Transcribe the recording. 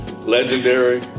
Legendary